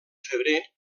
febrer